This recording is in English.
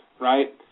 right